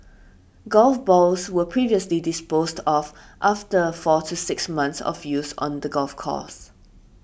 golf balls were previously disposed of after four to six months of use on the golf course